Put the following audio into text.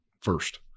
first